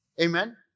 amen